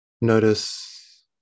Notice